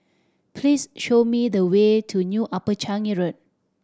please show me the way to New Upper Changi Road